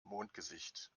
mondgesicht